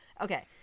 Okay